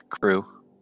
crew